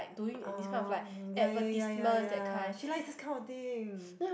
uh ya ya ya ya ya ya she likes these kind of thing